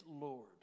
Lord